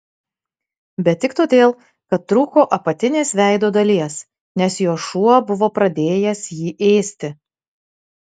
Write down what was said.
bet tik todėl kad trūko apatinės veido dalies nes jo šuo buvo pradėjęs jį ėsti